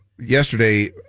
yesterday